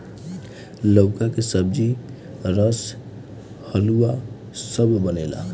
लउका के सब्जी, रस, हलुआ सब बनेला